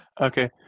Okay